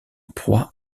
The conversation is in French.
proie